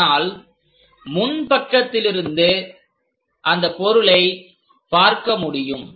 ஆனால் முன் பக்கத்திலிருந்து அந்த பொருளை பார்க்க முடியும்